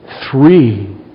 Three